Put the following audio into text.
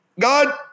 God